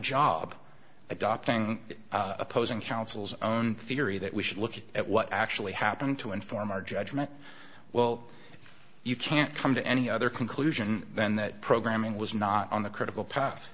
job adopting opposing counsel's own theory that we should look at what actually happened to inform our judgment well you can't come to any other conclusion than that programming was not on the critical path